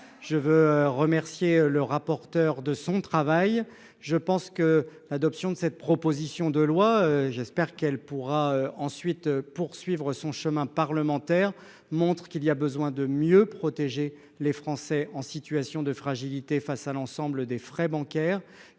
Je veux remercier le rapporteur de son travail. Je pense que l'adoption de cette proposition de loi, j'espère qu'elle pourra ensuite poursuivre son chemin parlementaire montre qu'il y a besoin de mieux protéger les Français en situation de fragilité face à l'ensemble des frais bancaires